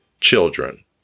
children